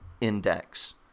index